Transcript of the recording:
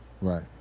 Right